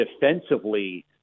defensively